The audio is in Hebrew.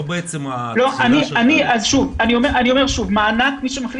לא בעצם ה --- אז אני אומר שוב מי שמחליט